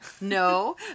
No